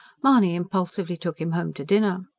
mahony impulsively took him home to dinner.